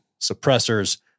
suppressors